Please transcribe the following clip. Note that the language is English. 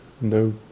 no